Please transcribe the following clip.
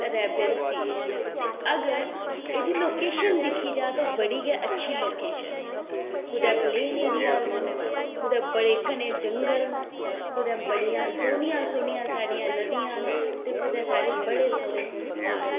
ते Arabian sea ऐ ते अग्गें ते एह्दी लोकेशन दिक्खी जा ते एह्दी बड़ी अच्छी लोकेशन ऐ कुदै प्लेन एरिया न कुतै बड़े घने जंगल न कुदै बड़ियां सोह्नियां सोह्नियां साढ़ियां नदियां न ते कुदै साढ़े बड़े सोह्ने सोह्ने प्हाड़ न